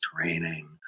training